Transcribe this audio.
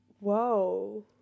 Whoa